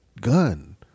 gun